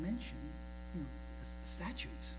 mention statutes